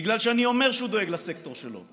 בגלל שאני אומר שהוא דואג לסקטור שלו,